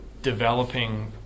Developing